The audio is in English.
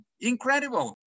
Incredible